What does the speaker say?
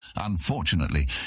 Unfortunately